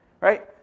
Right